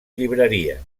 llibreria